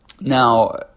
now